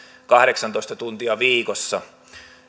kahdeksantoista tuntia viikossa